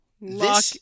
lock